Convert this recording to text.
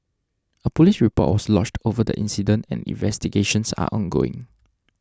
a police report was lodged over the incident and investigations are ongoing